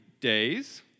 days